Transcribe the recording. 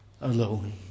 alone